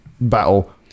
Battle